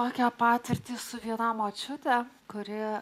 tokią patirtį su hiena močiutę kuri